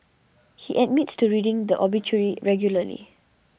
he admits to reading the obituary regularly